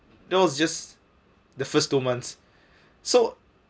there was just the first two months so